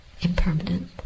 Impermanent